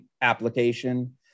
application